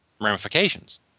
ramifications